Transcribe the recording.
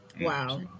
Wow